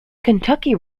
kentucky